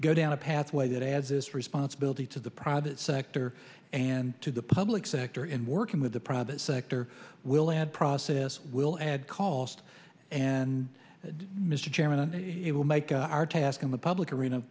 go down a pathway that adds this responsibility to the private sector and to the public sector in working with the private sector will and process will add cost and mr chairman it will make our task in the public arena